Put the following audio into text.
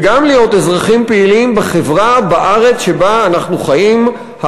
וגם להיות אזרחים פעילים בחברה ובארץ שבה אנחנו חיים,